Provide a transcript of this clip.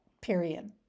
period